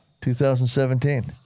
2017